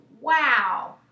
wow